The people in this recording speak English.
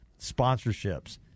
Sponsorships